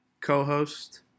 co-host